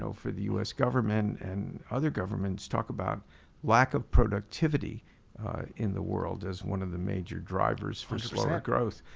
so for the us government and other governments talk about lack of productivity in the world as one of the major drivers for slow growth.